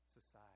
society